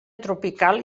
tropical